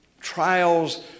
trials